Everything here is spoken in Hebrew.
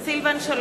(קוראת בשמות חברי הכנסת) סילבן שלום,